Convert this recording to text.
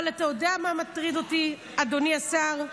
אבל אתה יודע מה מטריד אותי, אדוני השר?